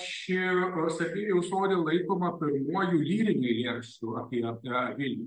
ši sarbievijaus odė laikoma pirmuoju lyriniu eilėšačiu apie na vilnių